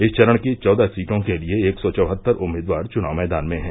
इस चरण की चौदह सीटों के लिये एक सौ चौहत्तर उम्मीदवार चुनाव मैदान में हैं